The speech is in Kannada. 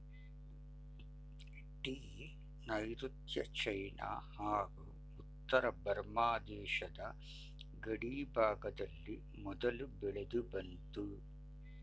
ಟೀ ನೈರುತ್ಯ ಚೈನಾ ಹಾಗೂ ಉತ್ತರ ಬರ್ಮ ದೇಶದ ಗಡಿಭಾಗದಲ್ಲಿ ಮೊದಲು ಬೆಳೆದುಬಂತು